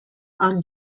are